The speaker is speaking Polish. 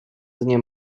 dnie